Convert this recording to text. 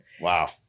Wow